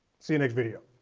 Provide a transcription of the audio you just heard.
see you next video.